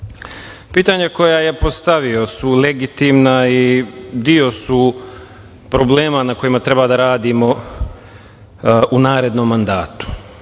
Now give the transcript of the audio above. kažem. Pitanja koja je postavio su legitimna i deo su problema na kojima treba da radimo u narednom mandatu,